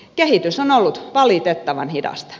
kehitys on ollut valitettavan hidasta